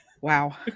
Wow